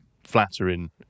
Flattering